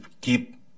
keep